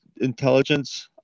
intelligence